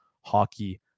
Hockey